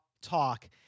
talk